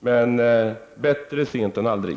Men bättre sent än aldrig.